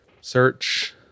Search